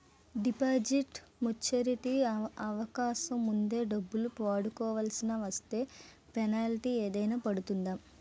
Deposit maturity అవ్వక ముందే డబ్బులు వాడుకొవాల్సి వస్తే పెనాల్టీ ఏదైనా పడుతుందా?